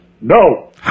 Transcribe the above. No